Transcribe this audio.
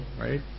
right